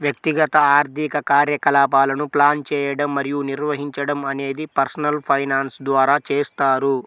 వ్యక్తిగత ఆర్థిక కార్యకలాపాలను ప్లాన్ చేయడం మరియు నిర్వహించడం అనేది పర్సనల్ ఫైనాన్స్ ద్వారా చేస్తారు